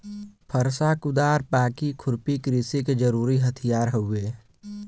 फरसा, कुदार, बाकी, खुरपी कृषि के जरुरी हथियार हउवे